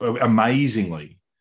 amazingly